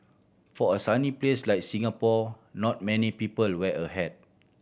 for a sunny place like Singapore not many people wear a hat